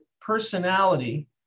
personality